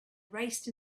raced